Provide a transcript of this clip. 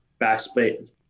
backspace